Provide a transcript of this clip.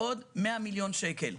בעוד 100 מיליון שקל.